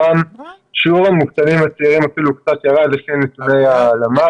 שיעור המובטלים הצעירים אפילו קצת ירד לפני נתוני הלמ"ס ונתוני